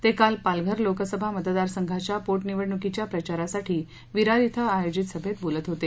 ते काल पालघर लोकसभा मतदारसंघाच्या पोटनिवडणुकीच्या प्रचारासाठी विरार ििं आयोजित सभेत बोलत होते